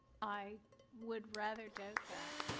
i would rather doubt that,